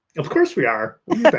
of course we are.